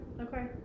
Okay